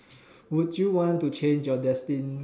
would you want to change your destined